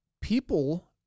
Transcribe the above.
people